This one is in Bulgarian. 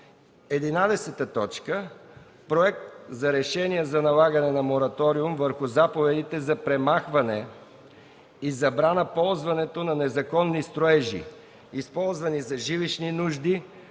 съвет. 11. Проект за решение за налагане на мораториум върху заповедите за премахване и забрана ползването на незаконни строежи, използвани за жилищни нужди